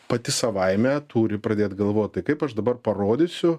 pati savaime turi pradėt galvot tai kaip aš dabar parodysiu